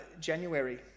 January